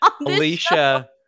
alicia